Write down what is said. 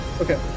Okay